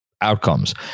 outcomes